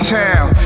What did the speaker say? town